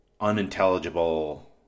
unintelligible